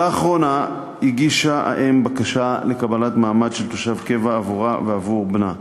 לאחרונה הגישה האם בקשה לקבלת מעמד של תושב קבע עבורה ועבור בנה.